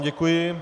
Děkuji.